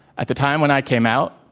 at the time when i came out,